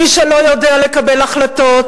מי שלא יודע לקבל החלטות,